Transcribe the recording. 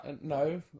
No